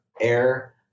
air